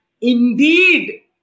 Indeed